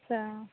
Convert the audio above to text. अच्छा